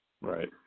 Right